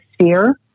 sphere